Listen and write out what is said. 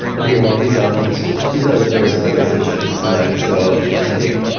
and again, like these are not these are the versatile decisions. like so i think,